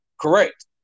Correct